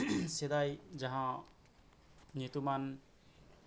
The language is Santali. ᱟᱨᱚ ᱦᱳᱭᱛᱳ ᱩᱱᱤᱭᱟᱜ ᱟᱨᱚ ᱠᱤᱪᱷᱩ ᱧᱟᱢᱚᱜᱼᱟ ᱚᱱᱟ ᱧᱩᱛᱩᱢᱟᱱ ᱛᱟᱞᱟᱛᱮ ᱚᱱᱟᱫᱚ ᱤᱧᱟᱹᱜ ᱱᱤᱱᱟᱹᱜ ᱦᱟᱹᱵᱤᱡ ᱜᱮ ᱵᱟᱲᱟᱭ ᱛᱟᱦᱮᱸᱠᱟᱱᱟ